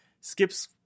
Skips